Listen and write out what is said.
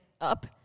up